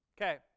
Okay